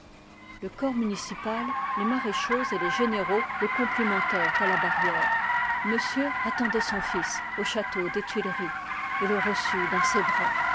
le corps municipal les maréchaux et les généraux le complimentèrent à la harrièi e monsieur attendoit son fils au château des tuileries et le reçut dans ses bras